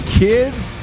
kids